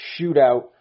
shootout